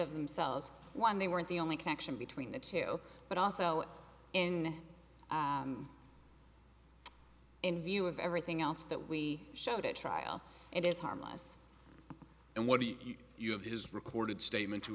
of themselves one they weren't the only connection between the two but also in in view of everything else that we showed at trial it is harmless and what you have his recorded statement to